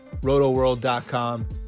rotoworld.com